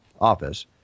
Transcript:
Office